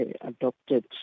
adopted